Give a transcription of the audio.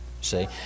See